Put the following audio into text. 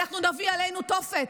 אנחנו נביא עלינו תופת.